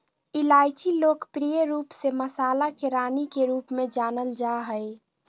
इलायची लोकप्रिय रूप से मसाला के रानी के रूप में जानल जा हइ